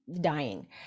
dying